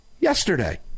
yesterday